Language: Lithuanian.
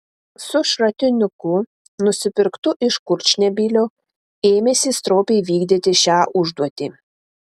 su šratinuku nusipirktu iš kurčnebylio ėmėsi stropiai vykdyti šią užduotį